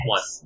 One